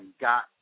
got